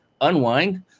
unwind